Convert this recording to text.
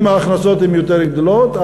אם ההכנסות הן יותר גדולות,